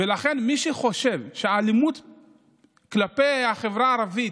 ולכן מי שחושב שהאלימות כלפי החברה הערבית,